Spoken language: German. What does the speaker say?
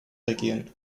regieren